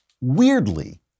Weirdly